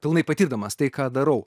pilnai patirdamas tai ką darau